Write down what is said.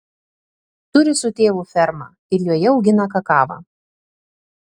turi su tėvu fermą ir joje augina kakavą